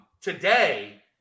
today